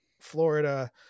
Florida